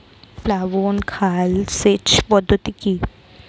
প্লাবন খাল সেচ পদ্ধতি কি?